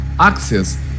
Access